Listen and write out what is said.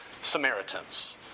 Samaritans